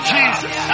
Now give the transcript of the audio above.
Jesus